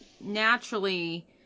naturally